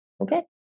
okay